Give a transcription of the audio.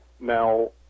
Now